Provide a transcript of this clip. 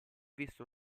visto